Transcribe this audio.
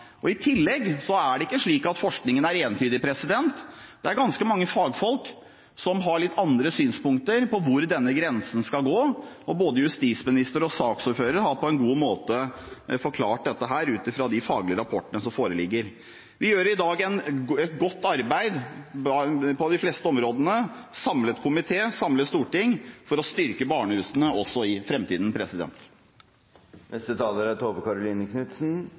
barna. I tillegg er det slik at forskningen ikke er entydig. Det er ganske mange fagfolk som har et litt annet synspunkt på hvor denne grensen skal gå. Både justisministeren og saksordføreren har på en god måte forklart dette ut fra de faglige rapportene som foreligger. En samlet komité og et samlet storting gjør i dag et godt arbeid på de fleste områdene for å styrke barnehusene også i